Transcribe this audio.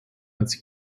als